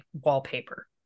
wallpaper